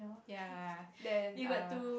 ya then err